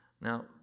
Now